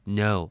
no